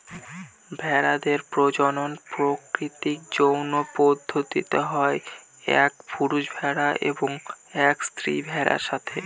ভেড়াদের প্রজনন প্রাকৃতিক যৌন পদ্ধতিতে হয় এক পুরুষ ভেড়া এবং এক স্ত্রী ভেড়ার সাথে